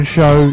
Show